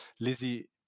Lizzie